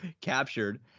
captured